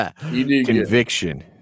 conviction